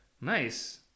Nice